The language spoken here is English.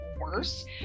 worse